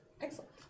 Excellent